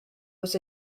was